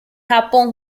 japón